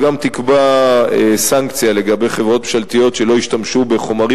וגם תקבע סנקציה לגבי חברות ממשלתיות שלא ישתמשו בחומרים